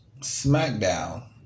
SmackDown